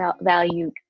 value